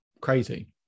crazy